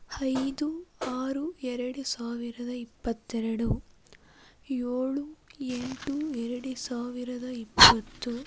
ಐದು ಆರು ಎರಡು ಸಾವಿರದ ಇಪ್ಪತ್ತೆರಡು ಏಳು ಎಂಟು ಎರಡು ಸಾವಿರದ ಇಪ್ಪತ್ತು